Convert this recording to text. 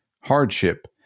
hardship